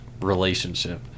relationship